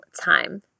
time